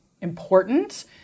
important